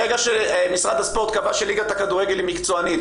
מהרגע שמשרד הספורט קבע שליגת הכדורגל היא מקצוענית,